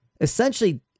essentially